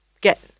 get